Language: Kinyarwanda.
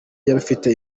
y’abafite